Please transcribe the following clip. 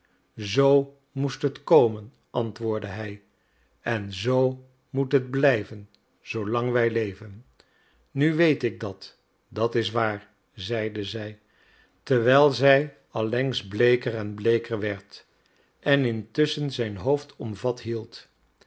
zoo moest het komen antwoordde hij en zoo moet het blijven zoolang wij leven nu weet ik dat dat is waar zeide zij terwijl zij allengs bleeker en bleeker werd en intusschen zijn hoofd omvat hield